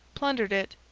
plundered it,